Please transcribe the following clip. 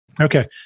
Okay